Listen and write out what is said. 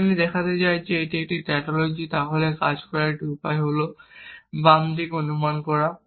যদি আমি দেখাতে চাই যে এটি একটি টাউটোলজি তাহলে কাজ করার একটি উপায় হল বাম দিকে অনুমান করা